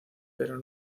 pero